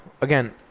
again